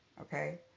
Okay